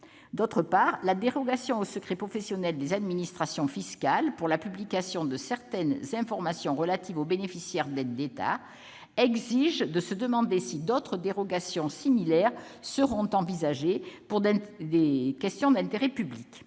D'autre part, la dérogation au secret professionnel des administrations fiscales pour la publication de certaines informations relatives aux bénéficiaires d'aides d'État commande de se demander si d'autres dérogations similaires seront envisagées pour des raisons d'intérêt public.